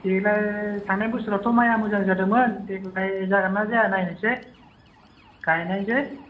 देग्लाय थांनाय बोसोरावथ' माइया मोजांं जादोंमोन देग्लाय जागोन्ना जाया नायनोसै गाइनायसै